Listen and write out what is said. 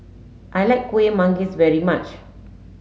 I like Kuih Manggis very much